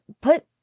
Put